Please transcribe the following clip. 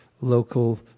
local